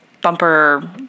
bumper